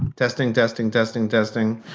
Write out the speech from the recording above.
testing, testing, testing, testing.